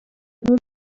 nos